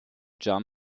jean